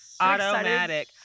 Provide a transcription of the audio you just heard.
automatic